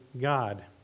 God